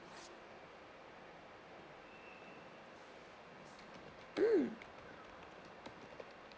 mm